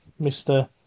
Mr